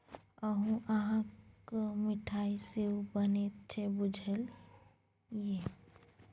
अल्हुआक मिठाई सेहो बनैत छै बुझल ये?